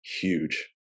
huge